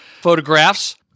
photographs